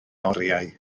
oriau